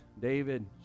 david